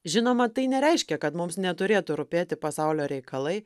žinoma tai nereiškia kad mums neturėtų rūpėti pasaulio reikalai